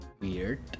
weird